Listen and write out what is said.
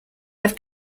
have